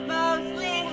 Mostly